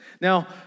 Now